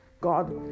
God